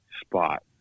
spot